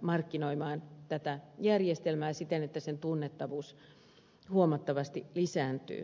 markkinoimaan tätä järjestelmää siten että sen tunnettavuus huomattavasti lisääntyy